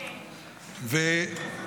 אל תדאג,